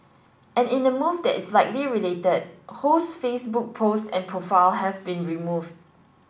and in a move that is likely related Ho's Facebook post and profile have been removed